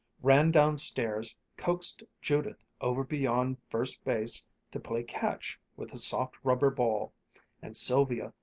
ran downstairs, coaxed judith over beyond first base to play catch with a soft rubber ball and sylvia,